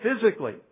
physically